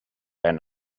and